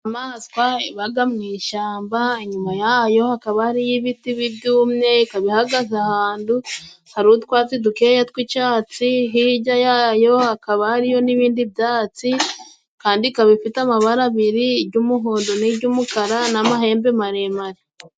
Inyayamaswa ibaga mu ishamba inyuma yayo hakaba hariyo ibiti byumye ikaba ihagaze ahandu hari utwatsi dukeya tw'icatsi ,hijya yayo hakaba hariyo n'ibindi byatsi kandi ikaba ifite amabara abiri ijy'umuhondo n'ijy'umukara n'amahembe maremare.